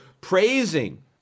praising